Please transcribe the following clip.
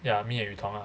ya me and yu tong ah